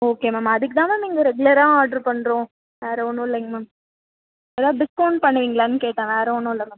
okay ma'am அதுக்கு தான் ma'am இங்கே ரெகுலராக ஆட்ரு பண்ணுறோம் வேறு ஒன்றும் இல்லைங்க மேம் எதாது டிஸ்கௌண்ட் பண்ணுவீங்களான்னு கேட்டேன் வேறு ஒன்றும் இல்லை மேம்